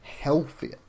healthier